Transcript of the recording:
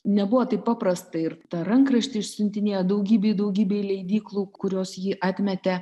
nebuvo taip paprasta ir tą rankraštį išsiuntinėjo daugybei daugybei leidyklų kurios jį atmetė